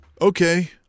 okay